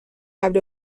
قبل